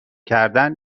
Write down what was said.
کردن